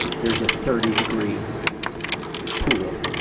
there's a thirty degree pool,